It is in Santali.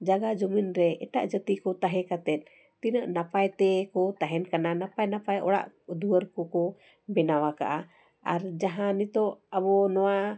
ᱡᱟᱜᱟ ᱡᱚᱢᱤᱱ ᱨᱮ ᱮᱴᱟᱜ ᱡᱟᱹᱛᱤ ᱠᱚ ᱛᱟᱦᱮᱸ ᱠᱟᱛᱮ ᱛᱤᱱᱟᱹᱜ ᱱᱟᱯᱟᱭ ᱛᱮᱠᱚ ᱛᱟᱦᱮᱱ ᱠᱟᱱᱟ ᱱᱟᱯᱟᱭ ᱱᱟᱯᱟᱭ ᱚᱲᱟᱜ ᱫᱩᱣᱟᱹᱨ ᱠᱚᱠᱚ ᱵᱮᱱᱟᱣ ᱠᱟᱜᱼᱟ ᱟᱨ ᱡᱟᱦᱟᱸ ᱱᱤᱛᱚᱜ ᱟᱵᱚ ᱱᱚᱣᱟ